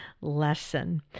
lesson